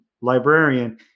librarian